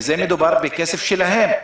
ומדובר בכסף שלהם.